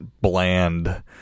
bland